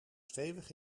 stevig